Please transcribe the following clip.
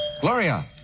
Gloria